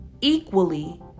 equally